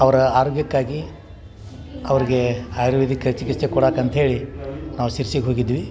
ಅವರ ಆರೋಗ್ಯಕ್ಕಾಗಿ ಅವ್ರ್ಗೆ ಆಯುರ್ವೇದಿಕ್ಕ ಚಿಕಿತ್ಸೆ ಕೊಡಕ್ಕೆ ಅಂತೇಳಿ ನಾವು ಸಿರ್ಸಿಗೆ ಹೋಗಿದ್ವಿ